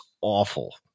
awful